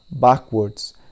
backwards